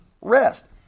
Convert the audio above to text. rest